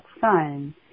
son